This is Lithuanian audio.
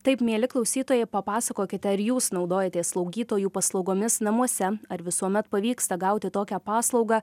taip mieli klausytojai papasakokite ar jūs naudojatės slaugytojų paslaugomis namuose ar visuomet pavyksta gauti tokią paslaugą